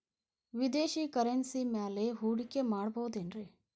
ವಿದೇಶಿ ಕರೆನ್ಸಿ ಮ್ಯಾಲೆ ಹೂಡಿಕೆ ಮಾಡಬಹುದೇನ್ರಿ?